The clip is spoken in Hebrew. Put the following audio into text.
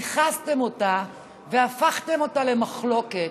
ניכסתם אותה והפכתם אותה למחלוקת.